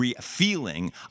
feeling